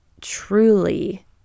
truly